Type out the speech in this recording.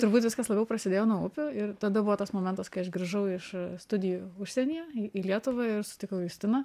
turbūt viskas labiau prasidėjo nuo upių ir tada buvo tas momentas kai aš grįžau iš studijų užsienyje į į lietuvą ir sutikau justiną